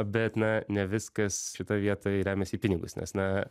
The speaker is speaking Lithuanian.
bet na ne viskas šitoj vietoj remiasi į pinigus nes na